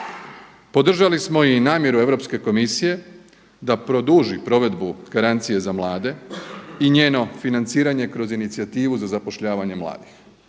Podržali smo i namjeru Europske komisije da produži provedu garancije za mlade i njeno financiranje kroz inicijativu za zapošljavanje mladih.